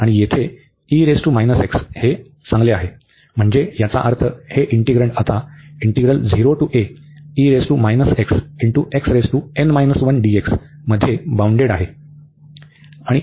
आणि येथे हे चांगले आहे म्हणजे याचा अर्थ हे इंटिग्रण्ड आता मध्ये बाउंडेड आहे